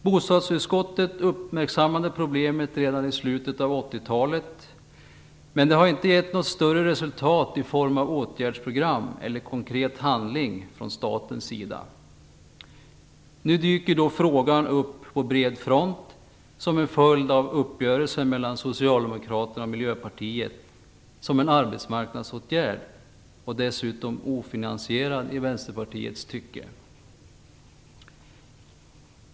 Bostadsutskottet uppmärksammade problemet redan i slutet av 80-talet. Men det har inte gett något större resultat i form av åtgärdsprogram eller konkret handling från statens sida. Nu dyker dock frågan upp på bred front som en följd av uppgörelsen mellan socialdemokraterna och Miljöpartiet, och detta som en arbetsmarknadsåtgärd som dessutom är ofinansierad enligt Vänsterpartiets åsikt.